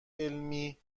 علمی